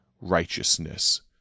righteousness